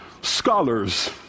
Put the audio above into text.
Scholars